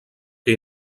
que